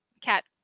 cat